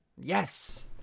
Yes